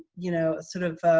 you know, sort of